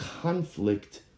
conflict